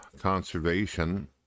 conservation